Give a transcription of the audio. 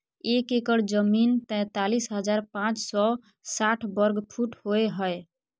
एक एकड़ जमीन तैंतालीस हजार पांच सौ साठ वर्ग फुट होय हय